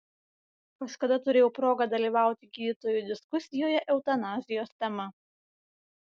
kažkada turėjau progą dalyvauti gydytojų diskusijoje eutanazijos tema